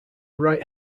right